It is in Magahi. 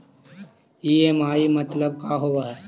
ई.एम.आई मतलब का होब हइ?